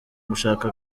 gushaka